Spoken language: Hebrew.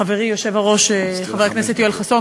חברי היושב-ראש חבר הכנסת יואל חסון,